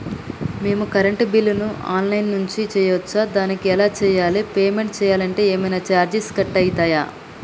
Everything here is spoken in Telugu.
మేము కరెంటు బిల్లును ఆన్ లైన్ నుంచి చేయచ్చా? దానికి ఎలా చేయాలి? పేమెంట్ చేయాలంటే ఏమైనా చార్జెస్ కట్ అయితయా?